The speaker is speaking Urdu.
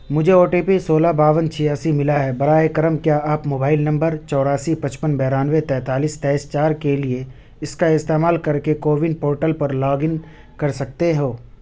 مجھے او ٹی پی سولہ باون چھیاسی ملا ہے براہِ کرم کیا آپ موبائل نمبر چوراسی پچپن بیانوے تینتالیس تیئیس چار کے لیے اس کا استعمال کر کے کوون پورٹل پر لاگ ان کر سکتے ہو